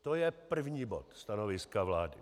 To je první bod stanoviska vlády.